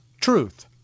truth